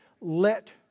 let